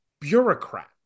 bureaucrat